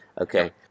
Okay